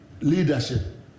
leadership